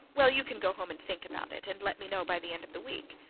well, you can go home and think about it, and let me know by the end of the week.